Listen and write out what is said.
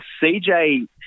CJ